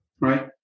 right